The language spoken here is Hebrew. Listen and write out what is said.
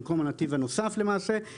במקום הנתיב הנוסף למעשה.